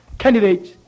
Candidates